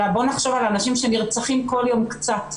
אלא בואו נחשוב על אנשים שנרצחים כל יום קצת,